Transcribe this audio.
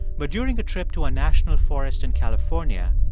but during a trip to a national forest in california,